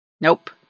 nope